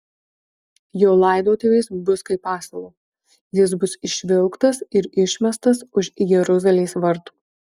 jo laidotuvės bus kaip asilo jis bus išvilktas ir išmestas už jeruzalės vartų